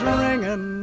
ringing